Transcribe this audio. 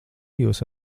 jūs